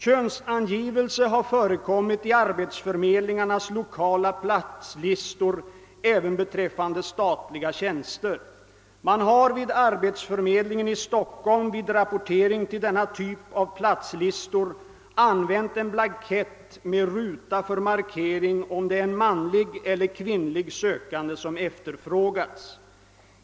Könsangivelse har förekommit i arbetsförmedlingarnas lokala platslistor även beträffande statliga tjänster. Man har vid arbetsförmedlingen i Stockholm vid rapportering till denna typ av platslistor använt en blankett med ruta för markering om det är en manlig eller kvinnlig sökande som efterfrågats.